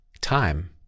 time